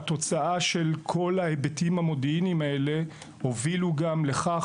כל ההיבטים המודיעיניים האלה הובילו גם לכך